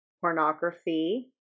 pornography